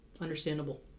Understandable